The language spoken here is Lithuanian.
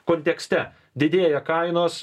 kontekste didėja kainos